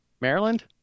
Maryland